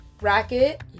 bracket